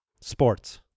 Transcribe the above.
sports